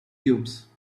cubes